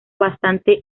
bastante